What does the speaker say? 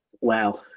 wow